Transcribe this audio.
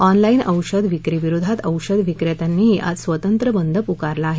online औषध विक्रीविरोधात औषध विक्रेत्यांनीही आज स्वतंत्र बंद पुकारला आहे